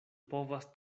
povas